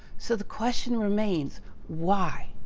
so the question remains why,